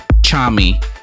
Chami